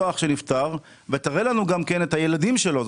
אח שנפטר ותראה לנו גם כן את הילדים שלו,